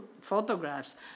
photographs